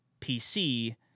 PC